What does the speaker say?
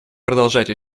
продолжать